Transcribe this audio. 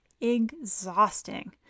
exhausting